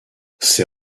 ces